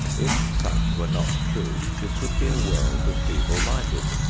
if such were not true, this would be a world of feeble-minded.